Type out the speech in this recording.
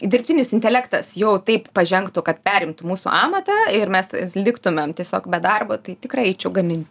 dirbtinis intelektas jau taip pažengtų kad perimtų mūsų amatą ir mes liktumėm tiesiog be darbo tai tikrai eičiau gaminti